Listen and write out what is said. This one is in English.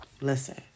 listen